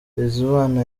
bizimana